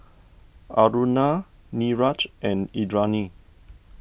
Aruna Niraj and Indranee